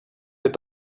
der